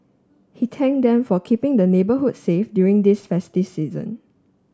he thanked them for keeping the neighbourhood safe during this festive season